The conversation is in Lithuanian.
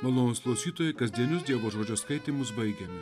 malonūs klausytojai kasdienius dievo žodžio skaitymus baigiame